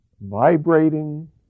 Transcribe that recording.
vibrating